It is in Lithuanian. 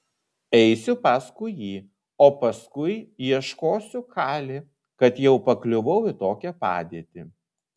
eisiu paskui jį o paskui ieškosiu kali kad jau pakliuvau į tokią padėtį